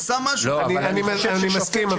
אני מסכים.